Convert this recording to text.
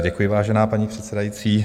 Děkuji, vážená paní předsedající.